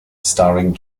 starring